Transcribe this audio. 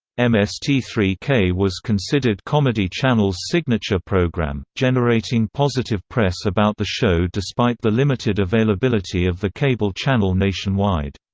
m s t three k was considered comedy channel's signature program, generating positive press about the show despite the limited availability of the cable channel nationwide.